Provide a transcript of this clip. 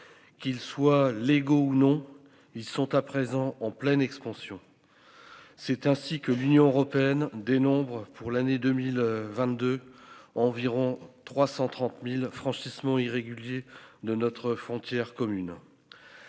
Qu'ils soient légaux ou non ils sont à présent en pleine expansion. C'est ainsi que l'Union européenne dénombre pour l'année 2022. Environ 330.000 franchissement irrégulier de notre frontière commune.